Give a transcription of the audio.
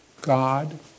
God